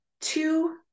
two